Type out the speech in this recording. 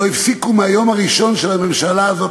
שלא הפסיקו מהיום הראשון של הממשלה הזאת